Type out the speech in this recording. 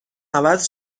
عوض